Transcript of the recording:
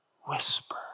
whisper